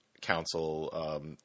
council